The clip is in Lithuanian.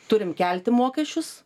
turim kelti mokesčius